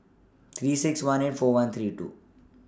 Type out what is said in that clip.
three six one eight four one three two